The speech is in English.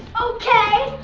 okay!